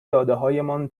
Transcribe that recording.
دادههایمان